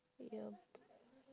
your b~